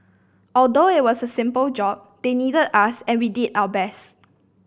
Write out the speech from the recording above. although it was a simple job they needed us and we did our best